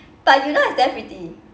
but yoona is damn pretty